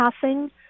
passing